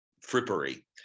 frippery